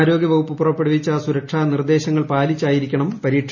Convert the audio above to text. ആരോഗ്യവകുപ്പ് പുറപ്പെടുവിച്ച സുരക്ഷാ നിർദ്ദേശങ്ങൾ പാലിച്ചായിരിക്കണം പരീക്ഷ